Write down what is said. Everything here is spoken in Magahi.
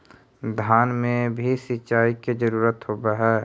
धान मे भी सिंचाई के जरूरत होब्हय?